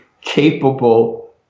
capable